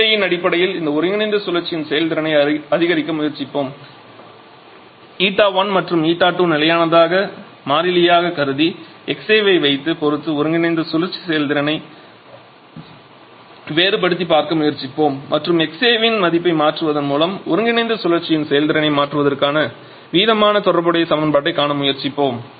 xA வின் அடிப்படையில் இந்த ஒருங்கிணைந்த சுழற்சி செயல்திறனை அதிகரிக்க முயற்சிப்போம் η1 மற்றும் η2 நிலையானதாக மாறிலியாக கருதி xA வை பொறுத்து ஒருங்கிணைந்த சுழற்சி செயல்திறனை வேறுபடுத்திப் பார்க்க முயற்சிப்போம் மற்றும் xA வின் மதிப்பை மாற்றுவதன் மூலம் ஒருங்கிணைந்த சுழற்சியின் செயல்திறனை மாற்றுவதற்கான வீதமான தொடர்புடைய சமன்பாட்டைக் காண முயற்சிப்போம்